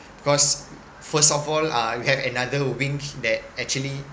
because first of all uh we have another wink that actually